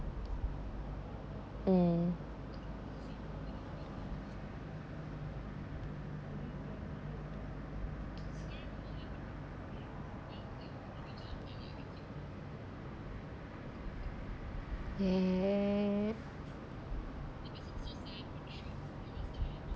mm ya